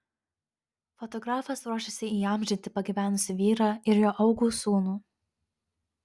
fotografas ruošiasi įamžinti pagyvenusį vyrą ir jo augų sūnų